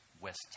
West